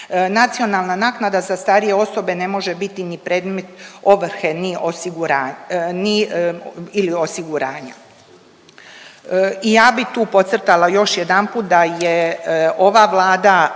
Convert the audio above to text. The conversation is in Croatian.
Nacionalna naknada za starije osobe ne može biti ni predmet ovrhe ili osiguranja. I ja bih tu podcrtala još jedanput da je ova Vlada